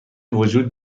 وجود